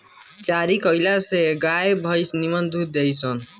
चरी कईला से गाई भंईस दूध निमन देली सन